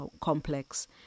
complex